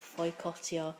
foicotio